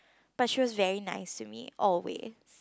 but she was very nice to me always